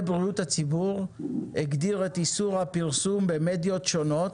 בריאות הציבור הגדיר את איסור הפרסום במדיות השונות,